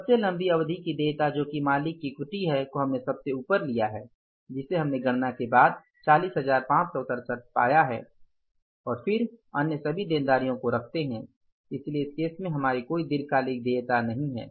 सबसे लंबी अवधि की देयता जो कि मालिक की इक्विटी है को हमने सबसे ऊपर लिया है जिसे हमने गणना के बाद 40567 पाया है और फिर हम अन्य सभी देनदारियों को रखते हैं इसलिए इस केस में हमारी कोई दीर्घकालिक देयता नहीं है